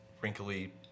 wrinkly